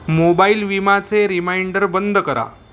mobile विमाचे reminder बंद करा